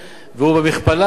והוא במכפלה של,